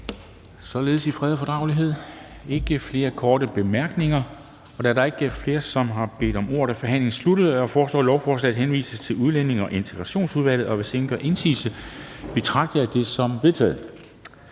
vi i fred og fordragelighed. Der er ikke flere korte bemærkninger. Da der ikke er flere, som har bedt om ordet, er forhandlingen sluttet. Jeg foreslår, at lovforslaget henvises til Udlændinge- og Integrationsudvalget. Og hvis ingen gør indsigelse, betragter jeg det som vedtaget.